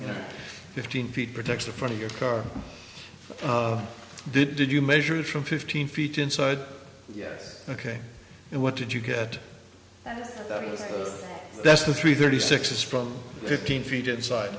you know fifteen feet protects the front of your car did did you measure it from fifteen feet inside yes ok and what did you get that's the three thirty six is from fifteen feet inside